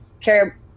care